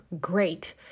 great